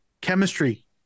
chemistry